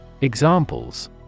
Examples